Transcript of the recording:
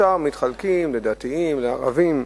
השאר מתחלקים לדתיים ולערבים.